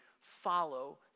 follow